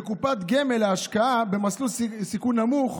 בקופות גמל להשקעה במסלול סיכון נמוך,